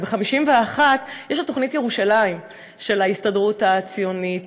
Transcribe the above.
וב-1951 יש תוכנית ירושלים של ההסתדרות הציונית,